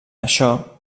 això